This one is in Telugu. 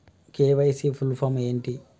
కే.వై.సీ ఫుల్ ఫామ్ ఏంటి?